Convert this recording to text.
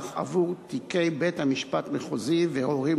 שקלים עבור תיקי בית-משפט מחוזי וערעורים